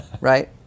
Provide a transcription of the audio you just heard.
Right